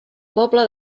poble